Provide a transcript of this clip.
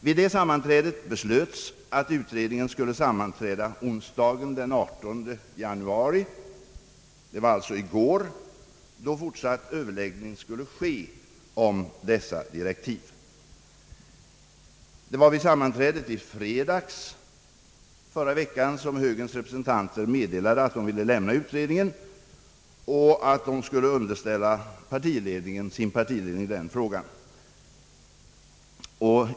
Vid detta sammanträde beslöts att utredningen skulle sammanträda onsdagen den 18 januari — det var alltså i går — då fortsatt överläggning skulle ske om dessa direktiv. Det var vid sammanträdet i fredags förra veckan som högerns representanter meddelade att de ville lämna utredningen och att de skulle underställa sin partiledning den frågan.